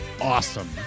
awesome